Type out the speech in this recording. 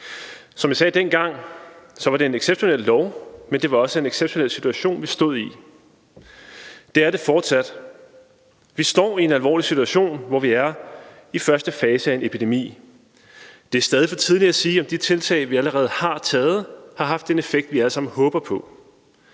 Som jeg sagde dengang, var det en exceptionel lov, men det var også en exceptionel situation, vi stod i. Det er det fortsat. Vi står i en alvorlig situation, hvor vi er i første fase af en epidemi. Det er stadig for tidligt at sige, om de tiltag, vi allerede har taget, har haft den effekt, vi alle sammen håber på.